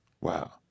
Wow